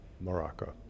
Morocco